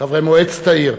חברי מועצת העיר,